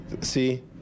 See